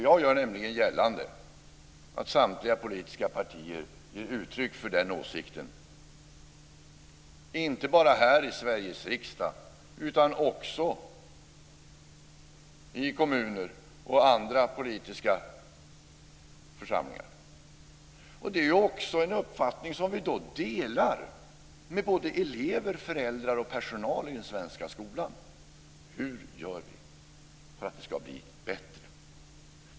Jag gör gällande att samtliga partier ger uttryck för den åsikten, inte bara här i Sveriges riksdag utan också i kommuner och andra politiska församlingar. Det är också en uppfattning som vi delar med elever, föräldrar och personal i den svenska skolan. Hur gör vi för att det ska bli bättre?